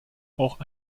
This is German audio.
auch